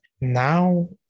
now